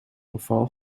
geval